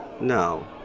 No